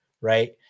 right